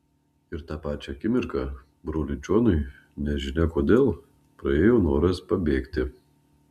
ir tą pačią akimirką broliui džonui nežinia kodėl praėjo noras pabėgti